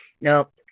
Nope